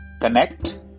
connect